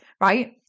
right